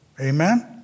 Amen